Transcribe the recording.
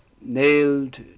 nailed